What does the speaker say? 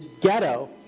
ghetto